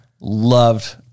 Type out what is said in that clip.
Loved